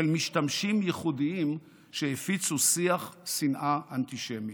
משתמשים ייחודיים שהפיצו שיח שנאה אנטישמי.